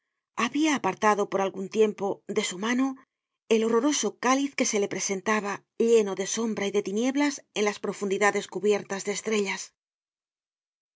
habia apartado por algun tiempo de su mano el horroroso cáliz que se le presentaba lleno de sombra y de tinieblas en las profundidades cubiertas de estrellas